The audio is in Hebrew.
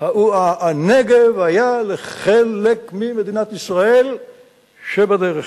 הנגב היה לחלק ממדינת ישראל שבדרך.